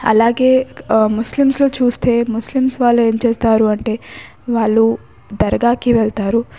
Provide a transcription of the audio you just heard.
అలాగే ముస్లింస్లో చూస్తే ముస్లింస్ వాళ్ళు ఏం చేస్తారు అంటే వాళ్ళు దర్గాకి వెళతారు